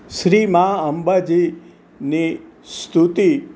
શ્રી મા અંબાજીની સ્તુતિ